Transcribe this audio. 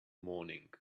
morning